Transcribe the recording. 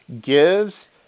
gives